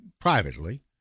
privately